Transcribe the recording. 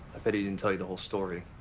i bet he didn't tell you the whole story.